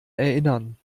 erinnern